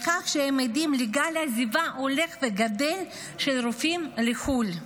כך שהם עדים לגל עזיבה הולך וגדל של רופאים לחו"ל.